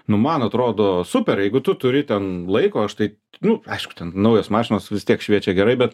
nu man atrodo super jeigu tu turi ten laiko aš tai nu aišku ten naujos mašinos vis tiek šviečia gerai bet